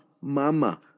Mama